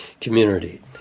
Community